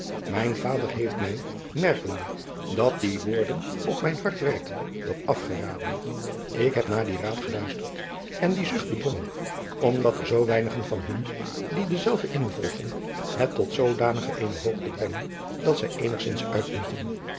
mijn vader heeft mij merkende dat die woorden op mijn adriaan loosjes pzn het leven van maurits lijnslager hart werkten dat afgeraden ik heb naar dien raad geluisterd en die zucht bedwongen omdat er zeo weinigen van hun die dezelve involgen het tot zoodanig eene hoogte brengen dat zij eenigzins uitmunten